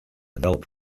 developed